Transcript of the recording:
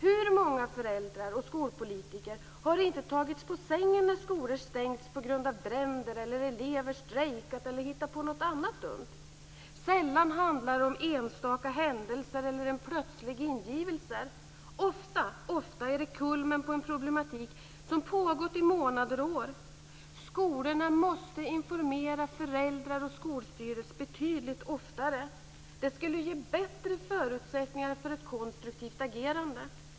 Hur många föräldrar och skolpolitiker har inte tagits på sängen när skolor stängts på grund av bränder eller när elever strejkat eller hittat på något annat dumt. Sällan handlar det om enstaka händelser eller en plötslig ingivelse. Ofta är det kulmen på en problematik som pågått i månader och år. Skolorna måste informera föräldrar och skolstyrelse betydligt oftare. Det skulle ge bättre förutsättningar för ett konstruktivt agerande.